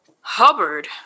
Hubbard